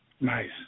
Nice